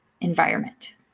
environment